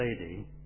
lady